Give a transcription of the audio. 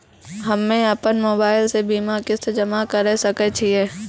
हम्मे अपन मोबाइल से बीमा किस्त जमा करें सकय छियै?